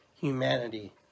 humanity